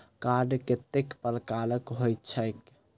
Card कतेक प्रकारक होइत छैक?